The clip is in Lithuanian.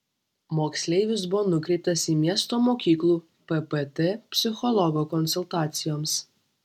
moksleivis buvo nukreiptas į miesto mokyklų ppt psichologo konsultacijoms